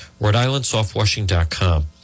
rhodeislandsoftwashing.com